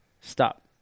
Stop